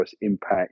impact